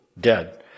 dead